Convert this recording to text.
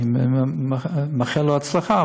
אני מאחל לו הצלחה,